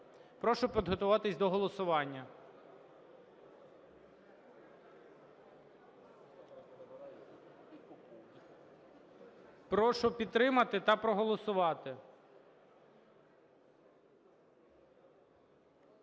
Прошу підготуватися до голосування. Прошу підтримати та проголосувати.